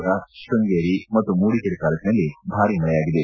ಪುರ ಶೃಂಗೇರಿ ಮತ್ತು ಮೂಡಿಗೆರೆ ತಾಲೂಕಿನಲ್ಲಿ ಭಾರೀ ಮಳೆಯಾಗಿದೆ